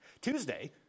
Tuesday